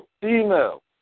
female